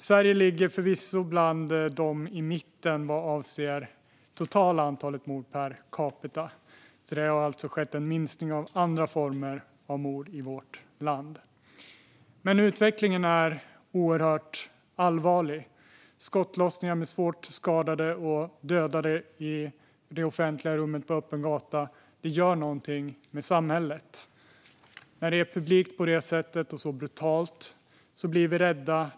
Sverige ligger förvisso bland länderna i mitten vad avser det totala antalet mord per capita. Det har alltså skett en minskning av andra typer av mord i vårt land. Men utvecklingen är oerhört allvarlig. Skottlossningar med svårt skadade och dödade i det offentliga rummet på öppen gata gör någonting med samhället. När det är publikt på detta sätt och så brutalt blir vi rädda.